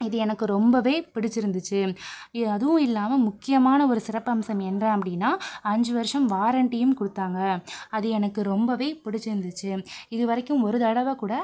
இது எனக்கு ரொம்பவே பிடித்திருந்துச்சு இ அதுவும் இல்லாமல் முக்கியமான ஒரு சிறப்பு அம்சம் என்ன அப்படின்னா அஞ்சு வருஷம் வாரண்ட்டியும் கொடுத்தாங்க அது எனக்கு ரொம்பவே பிடிச்சிருந்துச்சு இது வரைக்கும் ஒரு தடவை கூட